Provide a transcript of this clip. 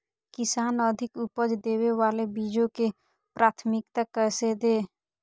किसान अधिक उपज देवे वाले बीजों के प्राथमिकता कैसे दे?